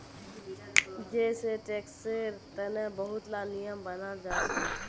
जै सै टैक्सेर तने बहुत ला नियम बनाल जाछेक